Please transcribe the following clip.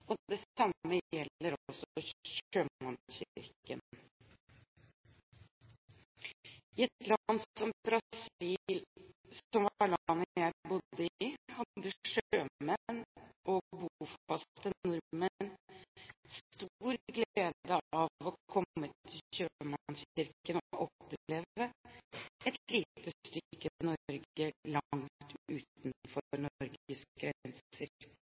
utenrikstjenesten. Det samme gjelder også for Sjømannskirken. I et land som Brasil, som er landet jeg bodde i, hadde sjømenn og bofaste nordmenn stor glede av å komme til Sjømannskirken og oppleve et lite stykke Norge langt utenfor